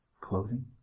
clothing